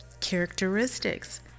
characteristics